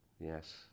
yes